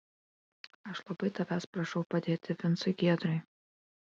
aš labai tavęs prašau padėti vincui giedrai